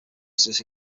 exodus